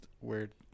weird